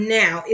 now